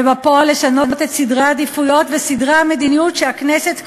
ובפועל לשנות את סדרי העדיפויות וסדרי המדיניות שהכנסת קבעה,